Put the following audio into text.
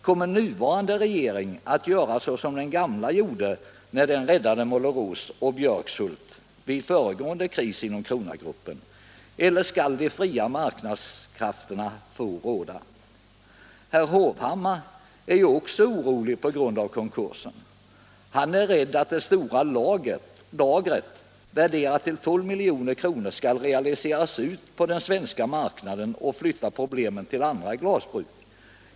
Kommer den nuvarande regeringen att göra på samma sätt som den förra gjorde när den räddade Målerås och Björkshult vid den förra krisen inom Kronagruppen eller skall de fria marknadskrafterna få råda? Herr Hovhammar är också orolig på grund av konkursen. Han är rädd utt det stora lagret - värderat till 12 milj.kr. — skall realiseras ut på den svenska marknaden och flytta problemen till andra glasbruk.